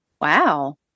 Wow